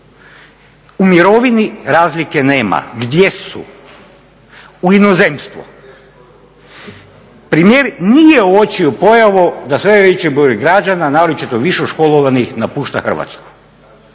U mirovini razlike nema. Gdje su? U inozemstvu. Premijer nije uočio pojavu da sve veći broj građana, naročito više školovanih napušta Hrvatsku.